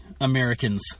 Americans